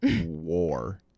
war